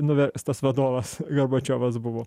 nuverstas vadovas gorbačiovas buvo